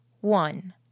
one